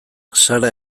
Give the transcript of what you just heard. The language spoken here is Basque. sara